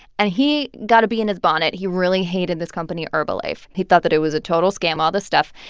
and he got a bee in his bonnet. he really hated this company herbalife. he thought that it was a total scam all this stuff.